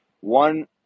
One